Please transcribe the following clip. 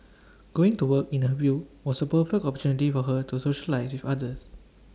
going to work in her view was A perfect opportunity for her to socialise with others